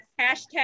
Hashtag